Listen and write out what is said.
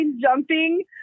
jumping